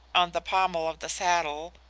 on the pommel of the saddle,